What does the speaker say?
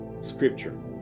scripture